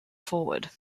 forward